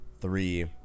three